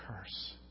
curse